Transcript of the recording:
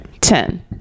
Ten